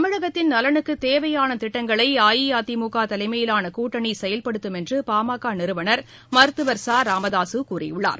தமிழகத்தின் நலனுக்கு தேவையான திட்டங்களை அஇஅதிமுக தலைமையிலான கூட்டணி செயல்படுத்தும் என்று பாமக நிறுவனர் மருத்துவர் ச ராமதாசு கூறியுள்ளார்